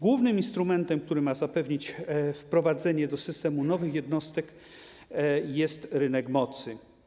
Głównym instrumentem, który ma zapewnić wprowadzenie do systemu nowych jednostek, jest rynek mocy.